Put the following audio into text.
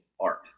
art